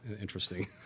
interesting